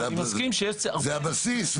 אני מסכים איתך, זה הבסיס.